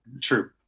true